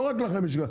לא רק לכם יש עקרונות.